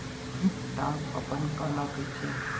Top अपन काला कहिथे?